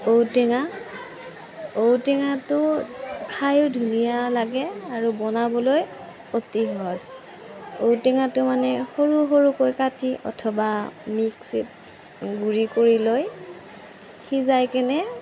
ঔটেঙা ঔটেঙাটো খাইও ধুনীয়া লাগে আৰু বনাবলৈ অতি সহজ ঔটেঙাটো মানে সৰু সৰুকৈ কাটি অথবা মিক্সীত গুড়ি কৰি লৈ সিজাই কেনে